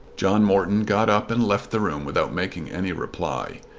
john morton got up and left the room without making any reply.